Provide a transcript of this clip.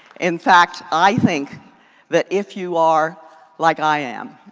in fact, i think that if you are like i am,